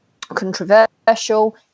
controversial